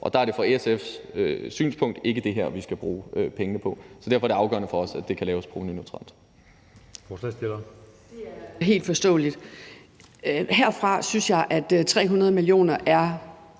og der er det set fra SF's synspunkt ikke det her, vi skal bruge pengene på. Så derfor er det afgørende for os, at det kan laves provenuneutralt.